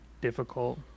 difficult